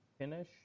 Finish